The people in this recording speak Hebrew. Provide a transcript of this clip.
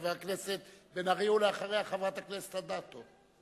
חבר הכנסת בן-ארי, ואחריו, חברת הכנסת אדטו.